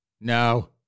No